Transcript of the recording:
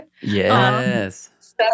Yes